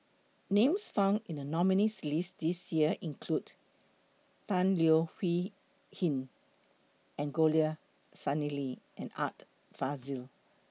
Names found in The nominees' list This Year include Tan Leo Wee Hin Angelo Sanelli and Art Fazil